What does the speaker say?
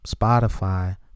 Spotify